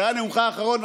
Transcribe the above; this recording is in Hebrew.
זה היה נאומך האחרון,